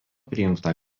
prijungta